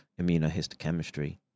immunohistochemistry